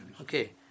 Okay